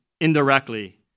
indirectly